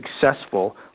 successful